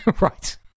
Right